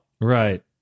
Right